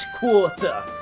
quarter